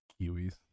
Kiwis